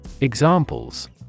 Examples